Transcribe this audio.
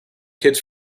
kids